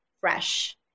fresh